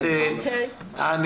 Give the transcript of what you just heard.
לקבל,